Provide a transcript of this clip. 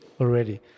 already